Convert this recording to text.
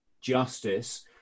justice